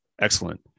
Excellent